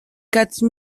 quatre